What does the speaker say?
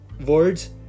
words